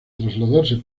trasladarse